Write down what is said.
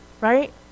Right